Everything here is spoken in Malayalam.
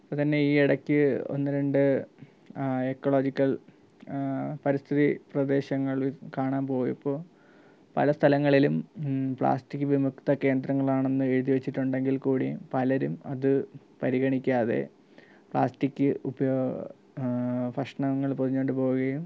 ഇപ്പോൾ തന്നെ ഈ ഇടയ്ക്ക് ഒന്നുരണ്ട് എക്കളോജിക്കൽ പരിസ്ഥിതി പ്രദേശങ്ങളിൽ കാണാൻ പോയപ്പോൾ പല സ്ഥലങ്ങളിലും പ്ലാസ്റ്റിക് വിമുക്ത കേന്ദ്രങ്ങളാണെന്ന് എഴുതി വെച്ചിട്ടുണ്ടെങ്കിൽ കൂടിയും പലരും അത് പരിഗണിക്കാതെ പ്ലാസ്റ്റിക് ഉപയോ ഭക്ഷണങ്ങൾ പൊതിഞ്ഞുകൊണ്ടുപോവുകയും